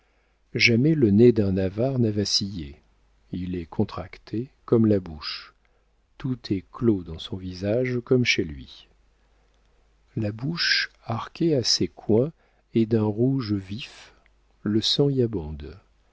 jamais le nez d'un avare n'a vacillé il est contracté comme la bouche tout est clos dans son visage comme chez lui la bouche arquée à ses coins est d'un rouge vif le sang y abonde